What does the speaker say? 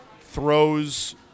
throws